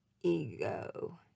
ego